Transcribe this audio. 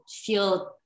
feel